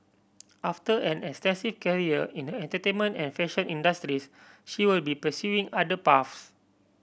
after an extensive career in the entertainment and fashion industries she will be pursuing other paths